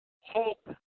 hope